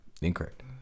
Incorrect